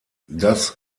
das